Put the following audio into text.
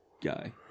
Guy